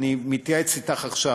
אני מתייעץ אתך עכשיו,